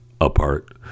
apart